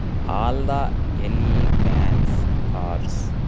all the elements cars